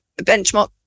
benchmark